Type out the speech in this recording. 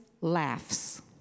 laughs